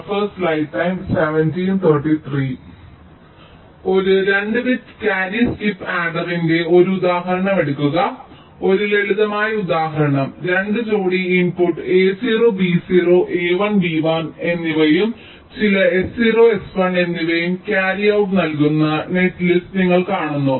ഒരു 2 bit carry skip ആഡറിന്റെ ഒരു ഉദാഹരണം എടുക്കുക ഒരു ലളിതമായ ഉദാഹരണം 2 ജോടി input a0 b0 a1 b1 എന്നിവയും ചില s0 s1 എന്നിവയും ക്യാരി ഔട്ട് നൽകുന്ന നെറ്റ് ലിസ്റ്റ് നിങ്ങൾ കാണുന്നു